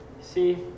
See